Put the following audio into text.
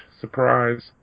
Surprise